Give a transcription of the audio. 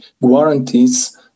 guarantees